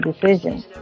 decision